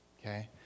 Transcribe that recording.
Okay